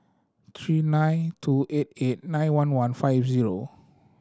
three nine two eight eight nine one one five zero